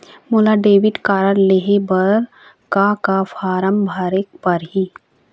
मोला debit card लेहे बर का का फार्म भरेक पड़ही?